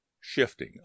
shifting